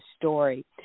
story